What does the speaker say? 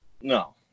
No